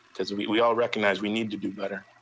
cause we we all recognize we need to do better.